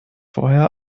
vorher